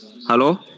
Hello